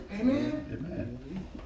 Amen